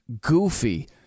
goofy